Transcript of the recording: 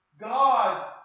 God